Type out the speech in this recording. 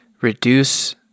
reduce